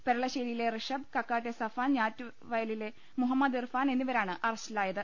പെര ളശ്ശേരിയിലെ റിഷബ് കക്കാട്ടെ സഫാൻ ഞാറ്റുവയലിലെ മുഹ മ്മദ് ഇർഫാൻ എന്നിവരാണ് അറസ്റ്റിലായത്